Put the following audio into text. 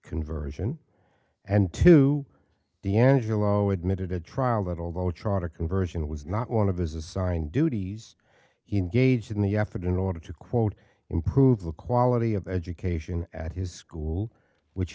conversion and to d'angelo admitted at trial that although charter conversion was not one of his assigned duties he engaged in the effort in order to quote improve the quality of education at his school which